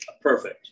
perfect